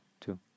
two